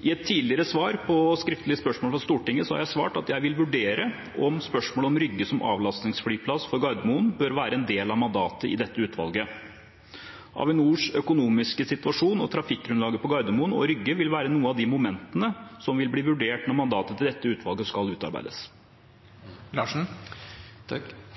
I et tidligere svar på skriftlig spørsmål fra Stortinget har jeg svart at jeg vil vurdere om spørsmålet om Rygge som avlastningsflyplass for Gardermoen bør være en del av mandatet i dette utvalget. Avinors økonomiske situasjon og trafikkgrunnlaget på Gardermoen og Rygge vil være noen av de momentene som vil bli vurdert når mandatet til dette utvalget skal